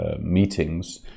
meetings